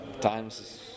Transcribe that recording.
times